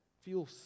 feel